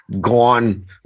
gone